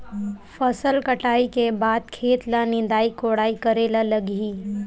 फसल कटाई के बाद खेत ल निंदाई कोडाई करेला लगही?